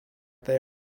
they